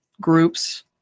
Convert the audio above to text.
groups